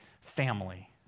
family